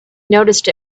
noticed